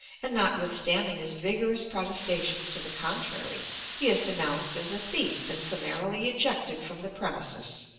and notwithstanding his vigorous protestations to the contrary he is denounced as a thief and summarily ejected from the premises.